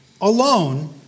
alone